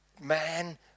man